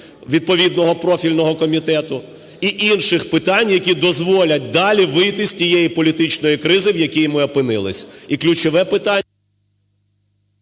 відповідного профільного комітету. І інших питань, які дозволять далі вийти з цієї політичної кризи, в якій ми опинились